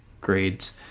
grades